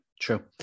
True